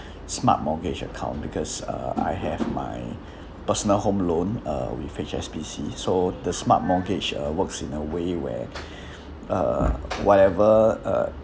smart mortgage account because uh I have my personal home loan uh with H_S_B_C so the smart mortgage uh works in a way where uh whatever uh